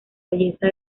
belleza